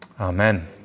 amen